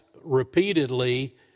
repeatedly